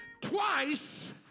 twice